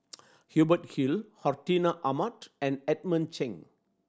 Hubert Hill Hartinah Ahmad and Edmund Cheng